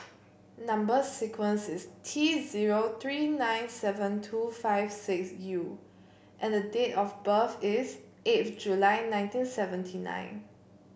number sequence is T zero three nine seven two five six U and date of birth is eight July nineteen seventy nine